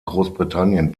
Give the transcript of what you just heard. großbritannien